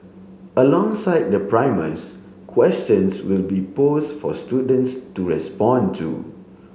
alongside the primers questions will be posed for students to respond to